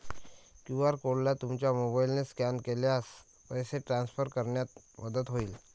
QR कोडला तुमच्या मोबाईलने स्कॅन केल्यास पैसे ट्रान्सफर करण्यात मदत होईल